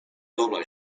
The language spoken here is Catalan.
doble